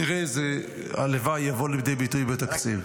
נראה את זה, והלוואי וזה יבוא לידי ביטוי בתקציב.